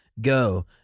Go